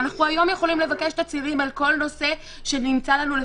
אנחנו היום יכולים לבקש תצהירים על כל נושא שנמצא לנו,